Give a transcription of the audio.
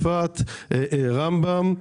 ברמב"ם,